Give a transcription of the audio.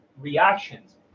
reactions